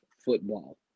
football